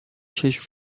چشم